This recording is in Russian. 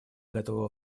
готовы